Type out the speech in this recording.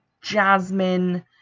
jasmine